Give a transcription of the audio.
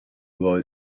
boy